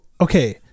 okay